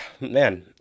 man